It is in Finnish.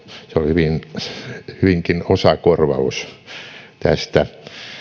se on hyvinkin osakorvaus tästä